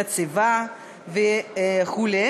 מצבה וכו',